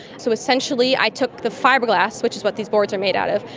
so essentially i took the fibreglass, which is what these boards are made out of,